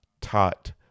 taught